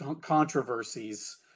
controversies